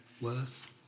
worse